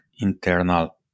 internal